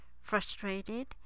frustrated